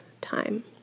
time